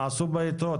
מה עשו עם היתרונות?